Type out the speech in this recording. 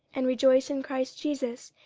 and rejoice in christ jesus,